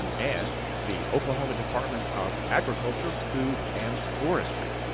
and the oklahoma department of agriculture, food and forestry.